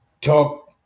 talk